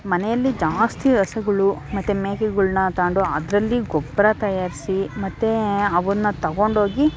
ಮನೆಯಲ್ಲಿ ಜಾಸ್ತಿ ಹಸುಗಳು ಮತ್ತು ಮೇಕೆಗಳ್ನ ತಗಂಡು ಅದರಲ್ಲಿ ಗೊಬ್ಬರ ತಯಾರಿಸಿ ಮತ್ತು ಅವನ್ನು ತೊಗೊಂಡೋಗಿ